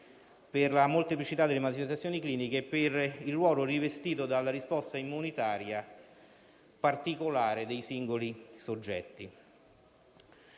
per la molteplicità delle manifestazioni cliniche e per il ruolo rivestito dalla risposta immunitaria particolare dei singoli soggetti.